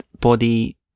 body